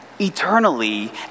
eternally